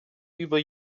über